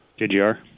JGR